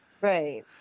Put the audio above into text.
Right